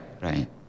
right